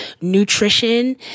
nutrition